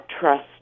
trust